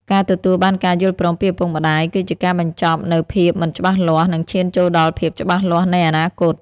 ការទទួលបានការយល់ព្រមពីឪពុកម្ដាយ គឺជាការបញ្ចប់នូវភាពមិនច្បាស់លាស់ និងឈានចូលដល់ភាពច្បាស់លាស់នៃអនាគត។